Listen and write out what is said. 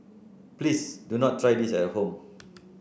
please do not try this at home